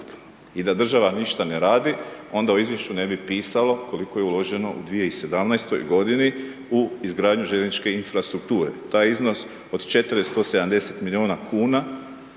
I da država ništa ne radi, onda u izvješću ne bi pisalo koliko je uloženo u 2017. godini u izgradnju željezničke infrastrukture. Taj iznos od 470 milijuna kn